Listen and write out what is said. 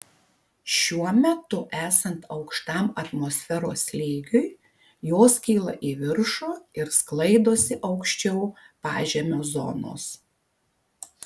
šiuo metu esant aukštam atmosferos slėgiui jos kyla į viršų ir sklaidosi aukščiau pažemio zonos